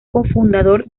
cofundador